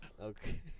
Okay